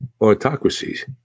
autocracies